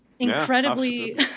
incredibly